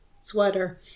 sweater